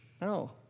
No